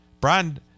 Brian